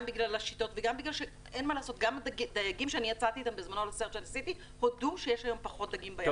גם דייגים שיצאתי איתם בזמנו לסיור שעשיתי הודו שיש היום פחות דגים בים.